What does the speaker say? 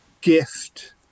gift